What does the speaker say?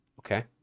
okay